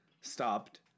stopped